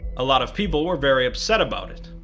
a lot of people were very upset about it,